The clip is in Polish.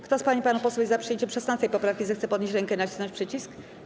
Kto z pań i panów posłów jest za przyjęciem 16. poprawki, zechce podnieść rękę i nacisnąć przycisk.